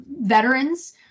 veterans